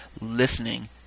listening